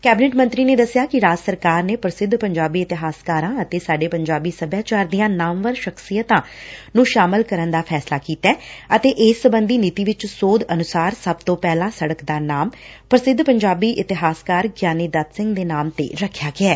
cabinet ਮੰਤਰੀ ਨੇ ਕਿਹਾ ਕਿ ਰਾਜ ਸਰਕਾਰ ਨੇ ਪ੍ਰਸਿੱਧ ਪੰਜਾਬੀ ਇਤਿਹਾਸਕਾਰਾਂ ਅਤੇ ਸਾਡੇ ਪੰਜਾਬੀ ਸਭਿਆਚਾਰ ਦੀਆਂ ਨਾਮਵਰ ਸ਼ਖਸ਼ੀਅਤਾਂ ਨੂੰ ਸ਼ਾਮਲ ਕਰਨ ਦਾ ਫੈਸਲਾ ਕੀਤੈ ਅਤੇ ਇਸ ਸਬੰਧੀ ਨੀਤੀ ਵਿਚ ਸੋਧ ਅਨੁਸਾਰ ਸਭ ਤੋ ਪਹਿਲਾ ਸੜਕ ਦਾ ਨਾਮ ਪੁਸਿੱਧ ਪੰਜਾਬੀ ਇਤਿਹਾਸਕਾਰ ਗਿਆਨੀ ਦੱਤ ਸਿੰਘ ਦੇ ਨਾਮ ਤੇ ਰੱਖਿਆ ਗਿਐ